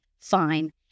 fine